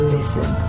Listen